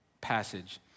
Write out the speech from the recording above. passage